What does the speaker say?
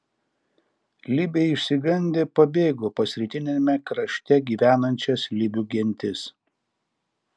libiai išsigandę pabėgo pas rytiniame krašte gyvenančias libių gentis